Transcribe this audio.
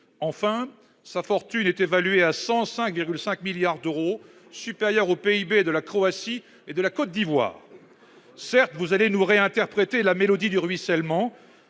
Enfin, sa fortune est évaluée à 105,5 milliards d'euros, un montant supérieur au PIB de la Croatie et de la Côte d'Ivoire. Certes, vous allez nous réinterpréter la mélodie du ruissellement,